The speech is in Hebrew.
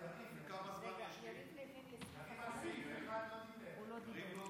וכמה זמן יש לי?